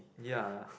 ya